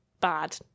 bad